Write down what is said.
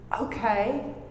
Okay